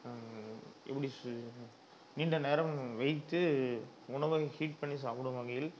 எப்படி சொ நீண்ட நேரம் வைத்து உணவை ஹீட் பண்ணி சாப்பிடும் வகையில்